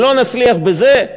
אם לא נצליח בזה,